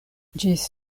ĝis